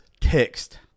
text